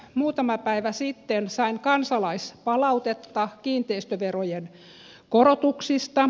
muutama päivä sitten sain kansalaispalautetta kiinteistöverojen korotuksista